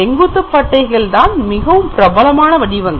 செங்குத்து பட்டைகள் தான் மிகவும் பிரபலமான வடிவங்கள்